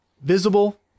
visible